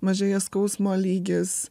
mažėja skausmo lygis